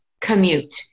commute